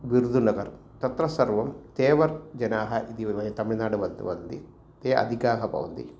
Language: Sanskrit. गुर्दुनगर् तत्र सर्वं तेवर् जनाः इति वयं तमिळ्नाडुमध्ये वदन्ति ते अधिकाः भवन्ति